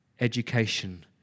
education